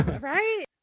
Right